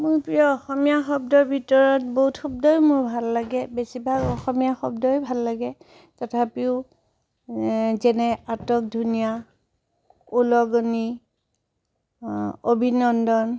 মোৰ প্ৰিয় অসমীয়া শব্দৰ ভিতৰত বহুত শব্দই মোৰ ভাল লাগে বেছিভাগ অসমীয়া শব্দই ভাল লাগে তথাপিও যেনেঃ আটক ধুনীয়া ওলগনি অভিনন্দন